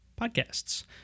podcasts